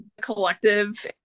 collective